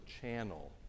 channel